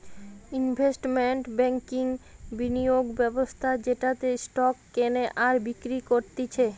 investment ব্যাংকিংবিনিয়োগ ব্যবস্থা যেটাতে স্টক কেনে আর বিক্রি করতিছে